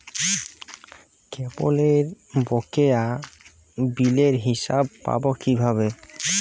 কেবলের বকেয়া বিলের হিসাব পাব কিভাবে?